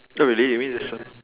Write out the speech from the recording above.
oh really you mean this one